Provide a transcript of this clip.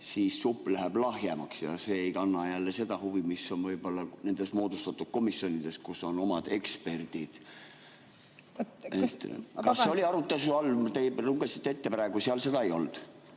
siis supp läheb lahjemaks, aga see ei kanna jälle seda huvi, mis on võib-olla nendes moodustatud komisjonides, kus on oma eksperdid. Kas see oli arutelu all? Te lugesite ette praegu, seal seda ei olnud.